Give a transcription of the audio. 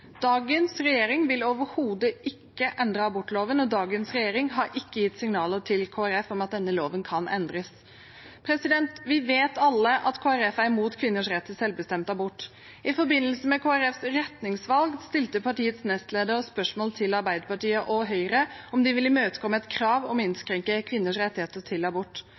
Dagens regjering vil overhodet ikke endre abortloven, og dagens regjering har ikke gitt signaler til Kristelig Folkeparti om at denne loven kan endres. Vi vet alle at Kristelig Folkeparti er imot kvinners rett til selvbestemt abort. I forbindelse med Kristelig Folkepartis retningsvalg stilte partiets nestleder spørsmål til Arbeiderpartiet og Høyre om de ville imøtekomme et krav om å innskrenke kvinners rettigheter til abort.